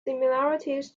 similarities